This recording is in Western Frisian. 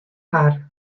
har